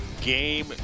game